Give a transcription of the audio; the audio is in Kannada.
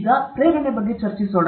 ಈಗ ಪ್ರೇರಣೆ ಬಗ್ಗೆ ಚರ್ಚಿಸೋಣ